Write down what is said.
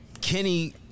Kenny